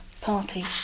party